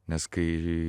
nes kai